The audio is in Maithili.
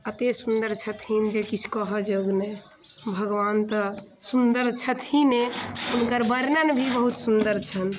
अते सुन्दर छथिन जे किछु कहऽ जोग नहि भगवानन तऽ सुन्दर छथिने हुनकर वर्णन भी बहुत सुन्दर छनि